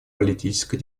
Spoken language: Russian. политической